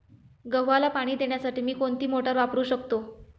गव्हाला पाणी देण्यासाठी मी कोणती मोटार वापरू शकतो?